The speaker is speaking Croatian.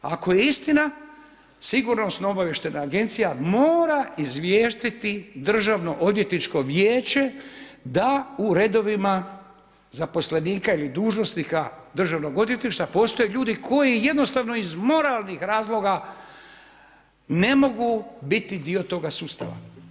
Ako je istina, sigurnosno-obavještajna agencija mora izvijestiti državno odvjetničko vijeće da u redovima zaposlenika ili dužnosnika državnog odvjetništva postoje ljudi koji jednostavno iz moralnih razloga ne mogu biti dio toga sustava.